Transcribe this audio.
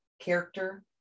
character